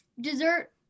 dessert